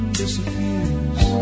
disappears